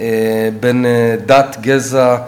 על בסיס דת, גזע,